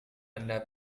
anda